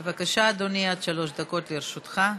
בבקשה, אדוני, עד שלוש דקות לרשותך.